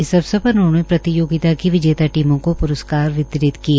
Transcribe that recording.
इस अवसर पर उन्होंने प्रतियोगिता की विजेता टीमों को प्रस्कार वितरित किए